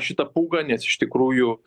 šitą pūgą nes iš tikrųjų